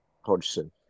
Hodgson